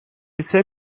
ise